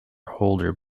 holder